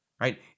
right